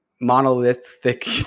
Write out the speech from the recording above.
monolithic